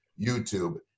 YouTube